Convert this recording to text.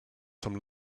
some